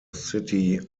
city